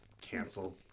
Canceled